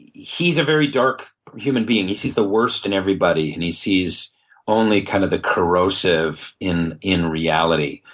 he's a very dark human being. he sees the worst in everybody, and he sees only kind of the corrosive in in reality.